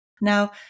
Now